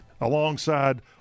alongside